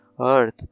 earth